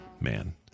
man